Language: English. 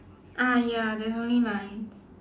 ah ya there's only lines